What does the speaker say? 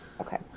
Okay